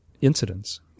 incidents